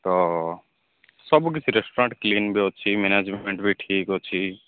ତ ସବୁ କିଛି ରେଷ୍ଟୁରାଣ୍ଟ୍ କ୍ଲିନ୍ ବି ଅଛି ମ୍ୟାନେଜମେଣ୍ଟ୍ ବି ଠିକ୍ ଅଛି